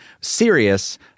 serious